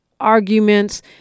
arguments